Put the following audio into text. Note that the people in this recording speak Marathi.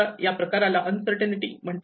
या प्रकाराला उन्सर्टींटी असे म्हणतात